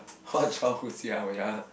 what childhood !sia! wait ah